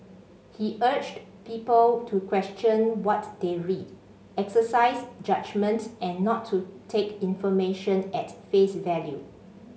he urged people to question what they read exercise judgement and not to take information at face value